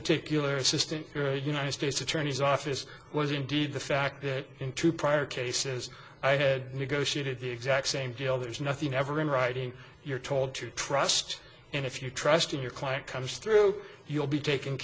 particular assistant united states attorney's office was indeed the fact it in two prior cases i had negotiated the exact same deal there's nothing ever in writing you're told to trust and if your trust in your client comes through you'll be taken